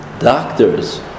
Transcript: Doctors